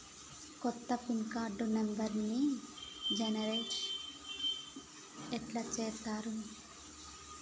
కొత్త pin card నెంబర్ని generation ఎట్లా చేత్తరు?